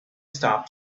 stop